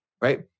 Right